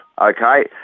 Okay